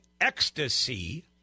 ecstasy